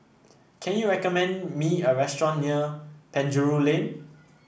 can you recommend me a restaurant near Penjuru Lane